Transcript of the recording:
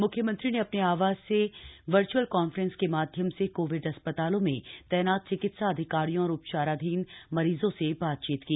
म्ख्यमंत्री ने अपने आवास से वर्च्अल कांफ्रेंस के माध्यम से कोविड अस्पतालों में तैनात चिकित्सा अधिकारियों और उपचाराधीन मरीजों से बात की